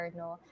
no